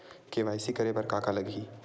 KYC करे बर का का लगही?